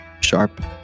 sharp